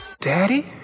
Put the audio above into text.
Daddy